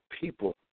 people